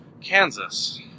Kansas